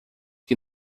que